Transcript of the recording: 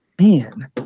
man